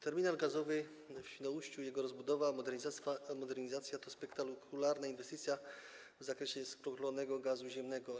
Terminal gazowy w Świnoujściu i jego rozbudowa, modernizacja to spektakularna inwestycja w zakresie skroplonego gazu ziemnego.